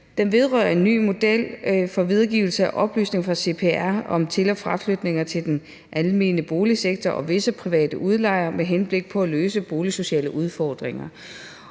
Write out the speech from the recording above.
Den vedrører en ny model for videregivelse af oplysninger fra CPR om til- og fraflytninger i den almene boligsektor og dele af den private udlejningssektor med henblik på at løse boligsociale udfordringer.